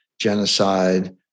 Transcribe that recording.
genocide